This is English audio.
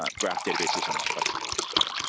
ah graph databases are more flexible so